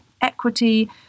equity